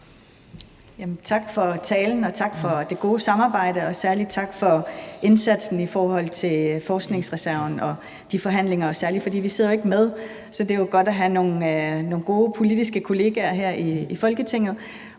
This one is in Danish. Tak for talen, tak for det gode samarbejde, og særlig tak for indsatsen i forhold til forskningsreserven og de forhandlinger. Vi sidder jo ikke med, så det er godt at have nogle gode politiske kollegaer her i Folketinget,